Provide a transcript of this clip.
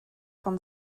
von